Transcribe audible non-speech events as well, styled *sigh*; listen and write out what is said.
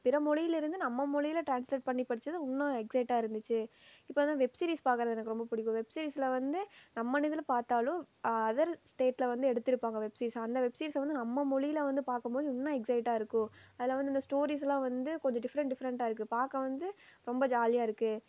பிற மொழியிலிருந்து நம்ம மொழியில் டிரான்ஸ்லேட் பண்ணி படித்தது இன்னும் எக்ஸைட்டாக இருந்துச்சு இப்போ வந்து வெப் சீரிஸ் பார்க்குறது எனக்கு ரொம்ப பிடிக்கும் வெப் சீரிஸில் வந்து நம்ம *unintelligible* பார்த்தாலும் அதர் ஸ்டேட்டில் வந்து எடுத்திருப்பாங்க வெப் சீரிஸ் அந்த வெப் சீரிஸை வந்து நம்ம மொழியில் வந்து பார்க்கும் போது இன்னும் எக்ஸைட்டாக இருக்கு அதில் வந்து இந்த ஸ்டோரீஸ்லாம் வந்து கொஞ்சம் டிஃப்ரெண்ட் டிஃப்ரெண்டாக இருக்குது பார்க்க வந்து ரொம்ப ஜாலியாக இருக்குது